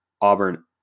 Auburn